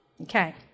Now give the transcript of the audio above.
Okay